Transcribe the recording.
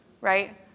right